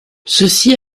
ceci